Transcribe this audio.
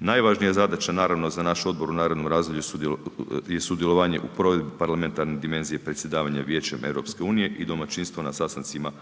Najvažnija zadaća, naravno za naš odbor u narednom razdoblju je sudjelovanje u provedbi parlamentarne dimenzije predsjedavanja Vijećem EU i domaćinstvo na sastancima